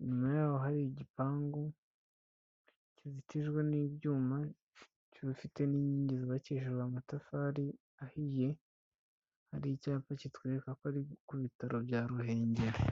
inyuma yaho hari igipangu kizitijwe n'ibyuma, gifite n'inkingi zubakishijwe amatafari ahiye, hari icyapa kitwereka ko ari ku bitaro bya Ruhengeri.